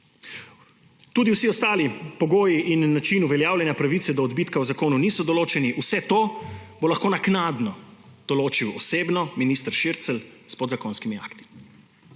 Tudi vsi ostali pogoji in način uveljavljanja pravice do odbitka v zakonu niso določeni. Vse to bo lahko naknadno določil osebno minister Šircelj z podzakonskimi akti.